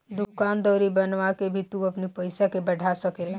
दूकान दौरी बनवा के भी तू अपनी पईसा के बढ़ा सकेला